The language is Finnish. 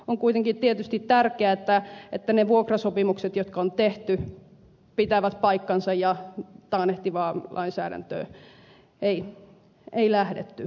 on kuitenkin tietysti tärkeää että ne vuokrasopimukset jotka on tehty pitävät paikkansa ja taannehtivaan lainsäädäntöön ei lähdetty